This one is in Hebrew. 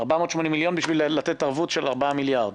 480 מיליון בשביל לתת ערבות של ארבעה מיליארד.